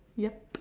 yup